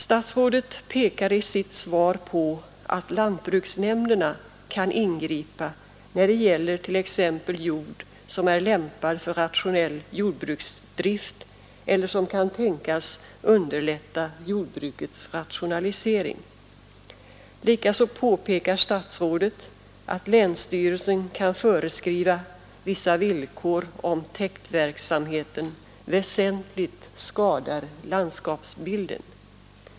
Statsrådet pekar i sitt svar på att lantbruksnämnderna kan ingripa när det gäller t.ex. jord som är lämpad för rationell jordbruksdrift eller som kan tänkas underlätta jordbrukets rationalisering. Likaså påpekar statsrådet att länsstyrelsen kan föreskriva vissa villkor om täktverksamheten väsentligt skadar landskapsbilden.